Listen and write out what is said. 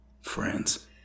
friends